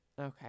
okay